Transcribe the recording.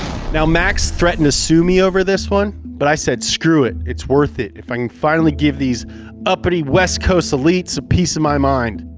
now, max threatened to sue me over this one, but i said, screw it, it's worth it if i can finally give these uppity west coast elites a piece of my mind.